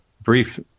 brief